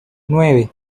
nueve